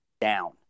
down